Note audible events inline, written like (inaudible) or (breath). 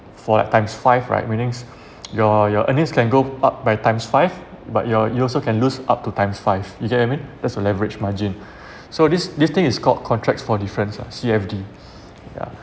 for like times five right meanings (breath) your your earnings can go up by times five but your you also can lose up to times five you get I mean that's your leverage margin (breath) so this this thing is called contracts for difference lah C_F_D (breath) yeah